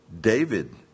David